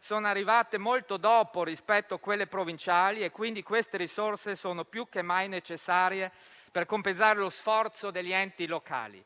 sono arrivate molto dopo rispetto a quelle provinciali e quindi queste risorse sono più che mai necessarie, per compensare lo sforzo degli enti locali.